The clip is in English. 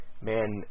man